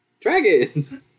Dragons